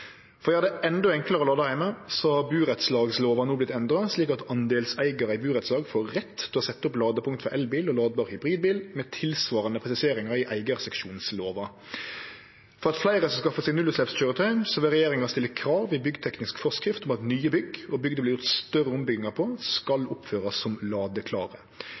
For å gjere det endå enklare å lade heime har burettslagslova no vorte endra, slik at andelseigarar i burettslag får rett til å setje opp ladepunkt for elbil og ladbar hybridbil, med tilsvarande presiseringar i eigarseksjonslova. For at fleire skal skaffe seg nullutsleppskøyretøy, vil regjeringa stille krav i byggteknisk forskrift om at nye bygg og bygg det vert gjort større ombyggingar på, skal oppførast som